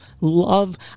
love